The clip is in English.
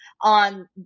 on